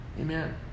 Amen